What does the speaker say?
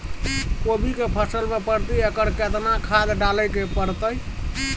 कोबी के फसल मे प्रति एकर केतना खाद डालय के परतय?